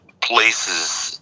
places